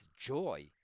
joy